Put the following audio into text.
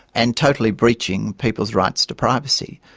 and totally breaching people's rights to privacy,